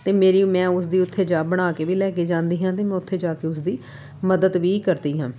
ਤਾਂ ਮੇਰੀ ਮੈਂ ਉਸ ਦੀ ਉੱਥੇ ਜਾ ਬਣਾ ਕੇ ਵੀ ਲੈ ਕੇ ਜਾਂਦੀ ਹਾਂ ਅਤੇ ਮੈਂ ਉੱਥੇ ਜਾ ਕੇ ਉਸਦੀ ਮਦਦ ਵੀ ਕਰਦੀ ਹਾਂ